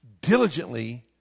diligently